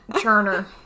turner